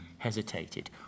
hesitated